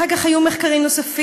אחר כך היו מחקרים נוספים,